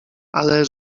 ale